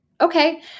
Okay